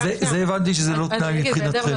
הבנתי שזה לא תנאי מבחינתכם.